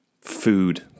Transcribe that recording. food